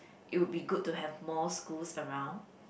it would be good to have more schools around